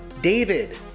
David